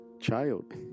child